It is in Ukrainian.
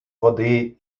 води